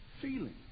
feeling